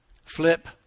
flip